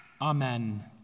Amen